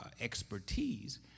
expertise